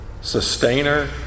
sustainer